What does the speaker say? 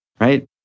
right